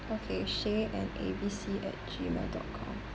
okay shea and abc at gmail dot com